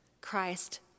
Christ